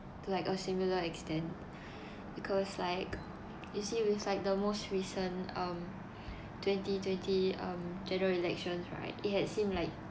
like a similar extent because like you see it's like the most recent um twenty twenty um general elections right it had seemed like